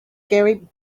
gary